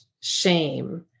shame